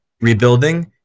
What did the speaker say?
rebuilding